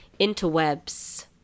interwebs